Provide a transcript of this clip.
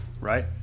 right